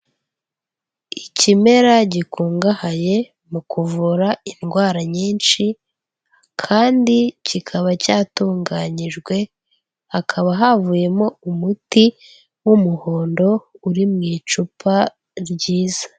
Ikimera gikungahaye mu kuvura indwara nyinshi kandi kikaba cyatunganyijwe, hakaba havuyemo umuti w'umuhondo uri mu icupa ryiza.